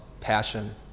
passion